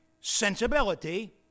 sensibility